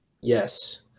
Yes